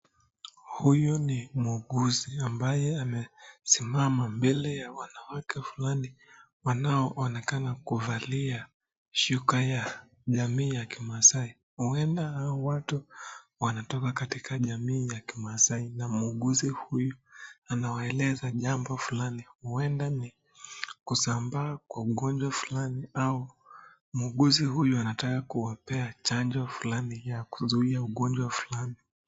Huyu ni muuguzi ambaye amesimama mbele ya wanawake fulani wanaoonekana kuvalia shuka ya jamii ya kimaasai, huenda hawa watu wanatoka katika jamii ya kimaasai na muuguzi huyu anawaeleza jambo fulani, huenda ni kusambaa kwa ugonjwa fulani au muuguzi huyu anataka kuwapea chanjo fulani ya kuzuia ugonjwa fulani.